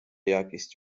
якість